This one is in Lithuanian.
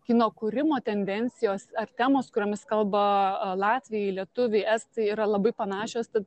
kino kūrimo tendencijos ar temos kuriomis kalba latviai lietuviai estai yra labai panašios tad